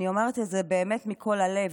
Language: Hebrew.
אני אומרת את זה באמת מכל הלב.